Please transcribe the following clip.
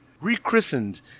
rechristened